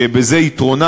שבזה יתרונה,